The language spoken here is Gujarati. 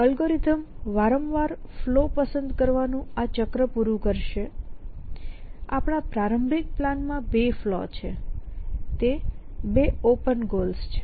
અલ્ગોરિધમ વારંવાર ફલૉ પસંદ કરવાનું આ ચક્ર પૂરું કરશે આપણા પ્રારંભિક પ્લાન માં 2 ફલૉ છે તે 2 ઓપન ગોલ્સ છે